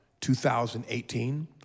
2018